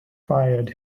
fired